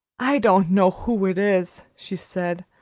i don't know who it is, she said,